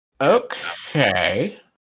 Okay